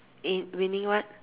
in winning what